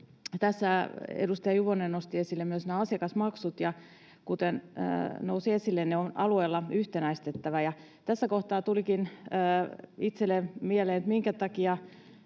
Tässä edustaja Juvonen nosti esille myös nämä asiakasmaksut, ja kuten nousi esille, ne on alueilla yhtenäistettävä. Tässä kohtaa tulikin itselleni mieleen, että minkä takia